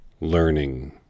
learning